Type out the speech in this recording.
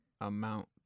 amount